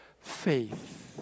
faith